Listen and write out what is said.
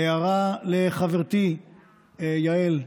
הערה לחברתי יעל,